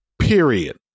Period